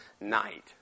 night